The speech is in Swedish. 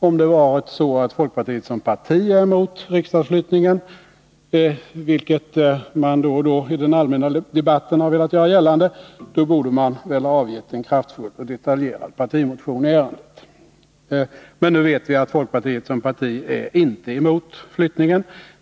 Om det varit så att folkpartiet som parti är mot riksdagens flyttning, vilket man då och då i den allmänna debatten har velat göra gällande, borde man väl ha väckt en kraftfull och detaljerad partimotion i ärendet. Vi vet emellertid att folkpartiet som parti inte är mot flyttningen.